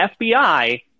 FBI